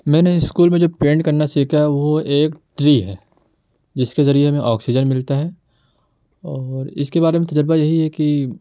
میں نے اسکول میں جو پینٹ کرنا سیکھا ہے وہ ایک ٹری ہے جس کے ذریعہ ہمیں آکسیجن ملتا ہے اور اس کے بارے میں تجربہ یہی ہے کہ